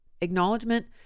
Acknowledgement